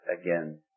again